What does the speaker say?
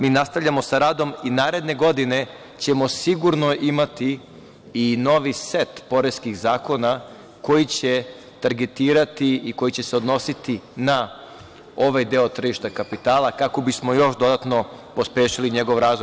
Mi nastavljamo sa radom i naredne godine ćemo sigurno imati i novi set poreskih zakona, koji će targetirati i koji će se odnositi na ovaj deo tržišta kapitala, kako bismo još dodatno pospešili njegov razvoj.